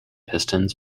pistons